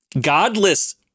godless